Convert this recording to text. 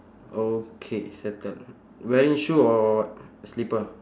okay settle wearing shoe or what slipper